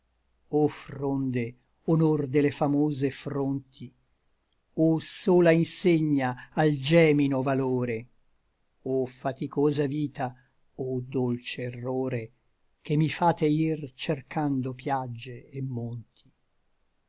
o fronde honor de le famose fronti o sola insegna al gemino valore o faticosa vita o dolce errore che mi fate ir cercando piagge et monti